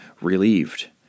relieved